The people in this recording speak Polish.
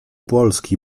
polski